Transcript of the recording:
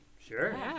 Sure